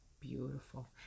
beautiful